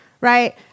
right